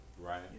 right